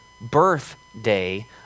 birthday